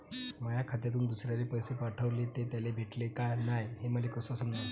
माया खात्यातून दुसऱ्याले पैसे पाठवले, ते त्याले भेटले का नाय हे मले कस समजन?